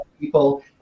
people